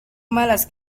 malas